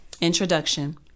Introduction